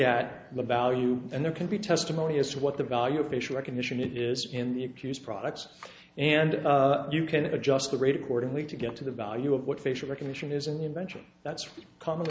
at the value and there can be testimony as to what the value of facial recognition is in the pews products and you can adjust the rate accordingly to get to the value of what facial recognition is an invention that's come